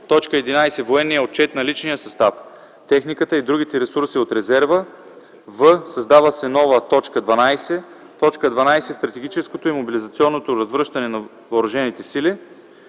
11: „11. Военният отчет на личния състав, техниката и другите ресурси от резерва”. в) създава се нова т. 12: „12. Стратегическото и мобилизационното развръщане на въоръжените сили”.